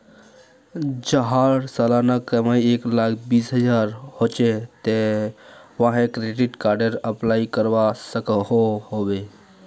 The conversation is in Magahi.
जहार सालाना कमाई एक लाख बीस हजार होचे ते वाहें क्रेडिट कार्डेर अप्लाई करवा सकोहो होबे?